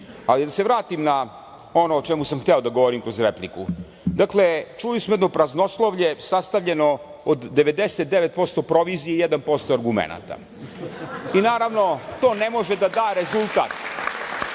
se vratim na ono o čemu sam hteo da govorim kroz repliku. Dakle, čuli smo jedno praznoslovlje sastavljeno od 99% provizije i 1% argumenata. Naravno, to ne može da da rezultat. Gospođo